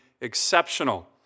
exceptional